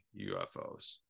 UFOs